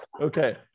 Okay